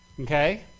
Okay